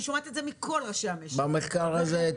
אני שומעת את זה מכל ראשי המשק --- במחקר הזה,